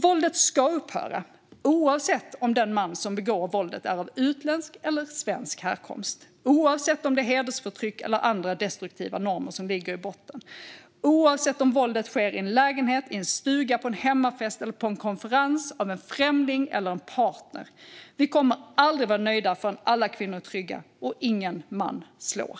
Våldet ska upphöra, oavsett om den man som utövar våldet är av utländsk eller svensk härkomst, oavsett om det är hedersförtryck eller andra destruktiva normer som ligger i botten och oavsett om våldet sker i en lägenhet, i en stuga, på en hemmafest eller på en konferens av en främling eller en partner. Vi kommer aldrig att vara nöjda förrän alla kvinnor är trygga och ingen man slår.